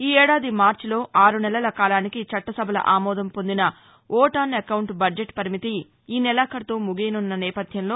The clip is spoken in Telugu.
ఈ ఏడాది మార్చిలో ఆరునెలల కాలానికి చట్టసభల ఆమోదం పొందిన ఓట్ ఆన్ అకౌంట్ బద్షెట్ పరిమితి ఈ నెలాఖరుతో ముగియనున్న నేపథ్యంలో